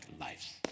lives